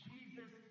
Jesus